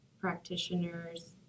practitioners